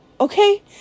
Okay